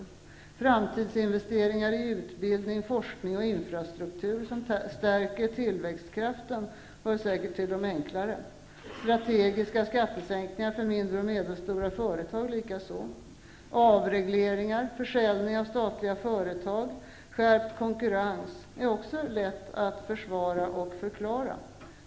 Beslut om framtidsinvesteringar i utbildning, forskning och infrastruktur som stärker tillväxtkraften hör säkert till de enklare, och likaså beslut om strategiska skattesänkningar för mindre och medelstora företag. Avregleringar, försäljning av statliga företag, skärpt konkurrens är också lätt att försvara och förklara.